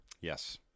Yes